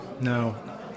No